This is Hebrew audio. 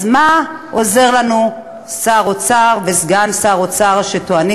אז מה עוזר לנו שר אוצר וסגן שר אוצר שטוענים